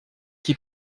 qui